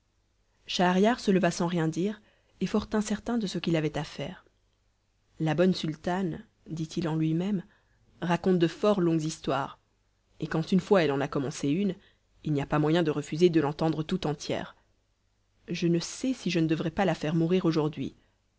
schahriar se leva sans rien dire et fort incertain de ce qu'il avait à faire la bonne sultane dit-il en lui-même raconte de fort longues histoires et quand une fois elle en a commencé une il n'y a pas moyen de refuser de l'entendre tout entière je ne sais si je ne devrais pas la faire mourir aujourd'hui